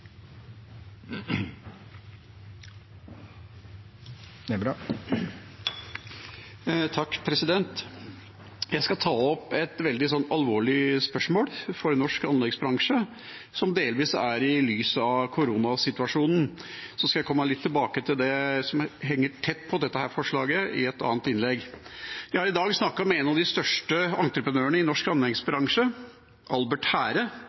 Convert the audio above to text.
Jeg skal ta opp et veldig alvorlig spørsmål for norsk anleggsbransje, som delvis kan ses i lys av koronasituasjonen. Jeg skal komme litt tilbake til det som er tett knyttet til dette forslaget i et annet innlegg. Vi har i dag snakket om en av de største entreprenørene i norsk anleggsbransje, Albert